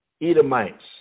Edomites